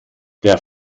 der